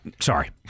sorry